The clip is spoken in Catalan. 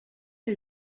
que